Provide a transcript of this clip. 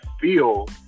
feel